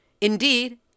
Indeed